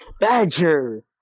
badger